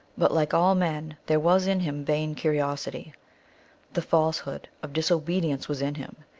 but like all men there was in him vain curiosity the falsehood of dis obedience was in him,